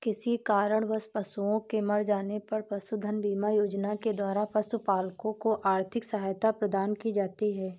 किसी कारणवश पशुओं के मर जाने पर पशुधन बीमा योजना के द्वारा पशुपालकों को आर्थिक सहायता प्रदान की जाती है